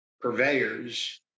purveyors